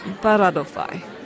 Paradofai